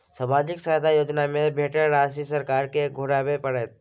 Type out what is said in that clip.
सामाजिक सहायता योजना में भेटल राशि सरकार के घुराबै परतै?